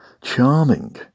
Charming